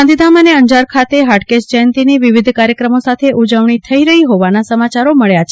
ગાંધીધામ અને અંજાર ખાતે હાટકેશ્વર જયંતિ ની વિવધ કાર્યક્રમો સાથે ઉજવણી થઇ રફી હોવાના સમાચારો મબ્યા છે